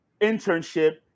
internship